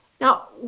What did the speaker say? Now